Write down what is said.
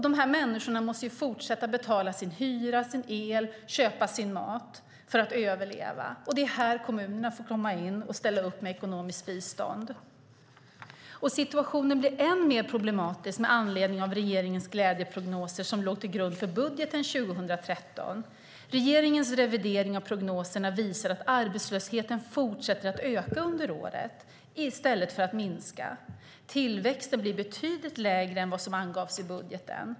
Dessa människor måste ju fortsätta att betala sin hyra och sin el och köpa sin mat för att överleva, och det är här kommunerna får komma in och ställa upp med ekonomiskt bistånd. Situationen blir än mer problematisk med anledning av regeringens glädjeprognoser som låg till grund för budgeten 2013. Regeringens revidering av prognoserna visar att arbetslösheten fortsätter att öka under året i stället för att minska. Tillväxten blir betydligt lägre än vad som angavs i budgeten.